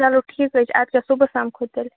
چلو ٹھیٖک حظ چھِ اَدٕ کیٛاہ صُبحس سَمکھو تیٚلہِ